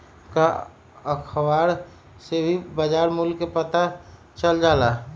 का अखबार से भी बजार मूल्य के पता चल जाला?